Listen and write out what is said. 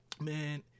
man